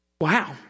Wow